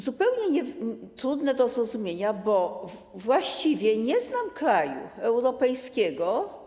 Zupełnie trudne do zrozumienia, bo właściwie nie znam kraju europejskiego.